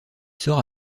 sort